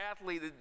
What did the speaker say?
athlete